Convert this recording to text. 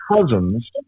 cousins